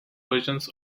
versions